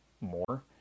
more